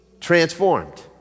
transformed